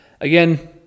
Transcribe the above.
Again